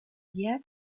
guiar